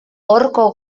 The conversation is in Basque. horko